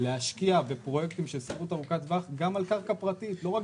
להשקיע בפרויקטים של שכירות ארוכת טווח גם על קרקע פרטית לא רק